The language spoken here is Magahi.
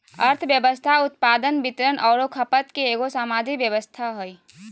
अर्थव्यवस्था उत्पादन, वितरण औरो खपत के एगो सामाजिक व्यवस्था हइ